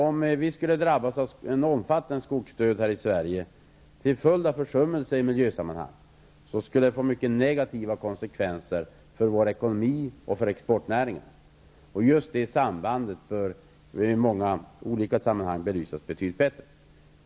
Om vi skulle drabbas av en omfattande skogsdöd här i Sverige, till följd av försummelser i miljösammanhang, skulle det få mycket negativa konsekvenser för vår ekonomi och för exportnäringen. Just det sambandet bör i många olika sammanhang belysas betydligt bättre.